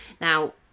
Now